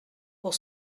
pour